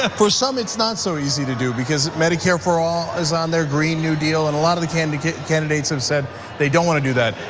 ah for some, it's not so easy to do because medicare for all is on there, green new deal, and a lot of the candidates candidates have said they don't want to do that.